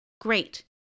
Great